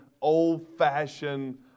old-fashioned